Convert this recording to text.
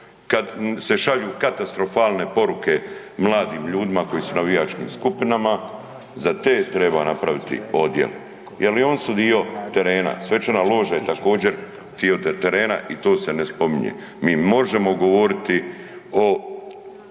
kad se šalju katastrofalne poruke mladim ljudima koji su u navijačkim skupinama, za te treba napraviti odjel jer i oni su dio terena, svečana loža je također dio terena i to se ne spominje. Mi možemo govoriti o